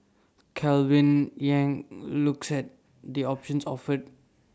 Calvin yang looks at the options offered